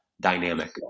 dynamic